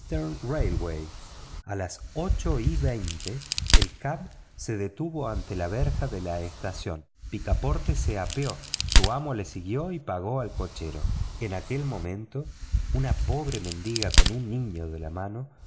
a las ocho y veinte el cab se detuvo ante la verja de la estación picaporte se apeó su amo le siguió y pagó al cochero en aquel momento una pobre mendiga con un niño de la mano